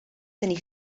tenir